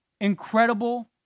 incredible